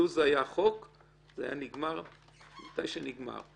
לו זה היה חוק, זה היה נגמר מתי שזה נגמר.